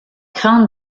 craint